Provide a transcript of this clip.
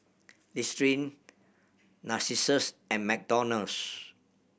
Listerine Narcissus and McDonald's